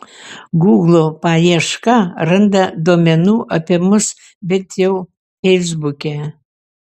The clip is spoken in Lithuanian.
guglo paieška randa duomenų apie mus bent jau feisbuke